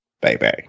Baby